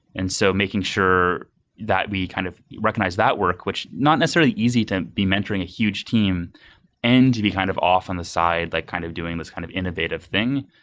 and so, making sure that we kind of recognize that work, which not necessarily easy to be mentoring a huge team and to be kind of off on the side, like kind of doing this kind of innovative thing.